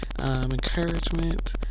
encouragement